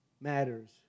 matters